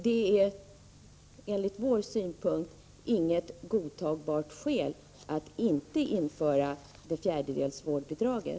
Det är enligt vår synpunkt inget godtagbart skäl för att inte införa det fjärdedels vårdbidraget.